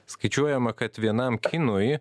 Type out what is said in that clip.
skaičiuojama kad vienam kinui